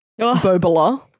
Bobola